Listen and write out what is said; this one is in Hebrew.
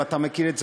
ואתה מכיר את זה,